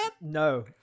No